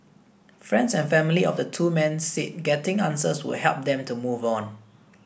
friends and family of the two men said getting answers would help them to move on